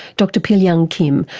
dr pilyoung kim,